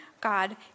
God